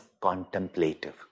contemplative